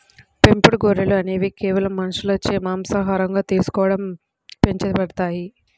పెంపుడు గొర్రెలు అనేవి కేవలం మనుషులచే మాంసాహారంగా తీసుకోవడం పెంచబడతాయి